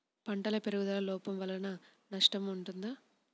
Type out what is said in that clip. పంటల పెరుగుదల లోపం వలన నష్టము ఉంటుందా?